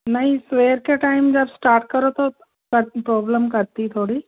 नहीं फ्लेयर के टाईम जब स्टार्ट करो तो प्रोब्लम करती है थोड़ी